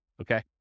Okay